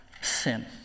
sin